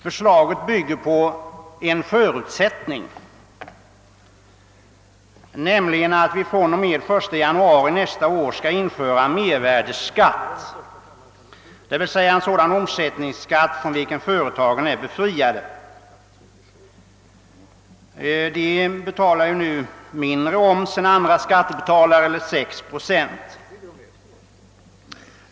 Förslaget bygger på en förutsättning, nämligen att vi från och med den 1 januari nästa år skall införa mervärdeskatt, dvs. en sådan omsättningsskatt från vilken företagen är befriade. De betalar nu mindre omsättningsskatt än andra skattebetalare, eller 6 procent.